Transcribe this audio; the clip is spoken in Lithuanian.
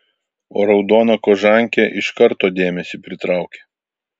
o raudona kožankė iš karto dėmesį pritraukia